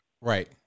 Right